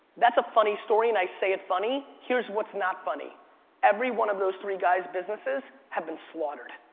that's a funny story and i say it funny. here's what's not funny every one of those three guys' businesses have been slaughtered.